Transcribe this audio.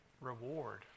reward